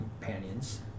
companions